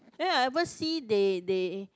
ya ever see they they